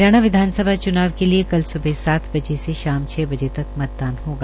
हरियाणा विधानसभा चुनाव के लिए कल सुबह सात बजे से भााम छह बजे तक मतदान होगा